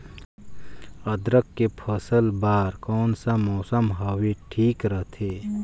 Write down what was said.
अदरक के फसल बार कोन सा मौसम हवे ठीक रथे?